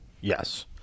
Yes